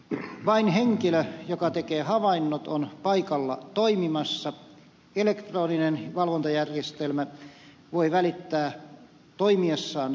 vain henkilö joka tekee havainnot on paikalla toimimassa elektroninen valvontajärjestelmä voi välittää toimiessaan tietoa